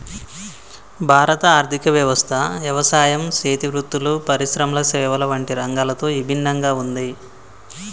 భారత ఆర్థిక వ్యవస్థ యవసాయం సేతి వృత్తులు, పరిశ్రమల సేవల వంటి రంగాలతో ఇభిన్నంగా ఉంది